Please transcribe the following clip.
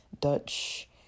Dutch